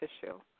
tissue